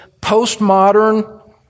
postmodern